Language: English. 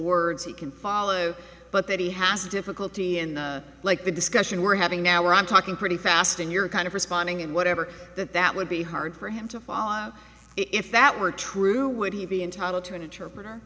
words he can follow but that he has difficulty in the like the discussion we're having now where i'm talking pretty fast and you're kind of responding in whatever that that would be hard for him to follow if that were true would he be entitled to an interpreter